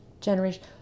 generation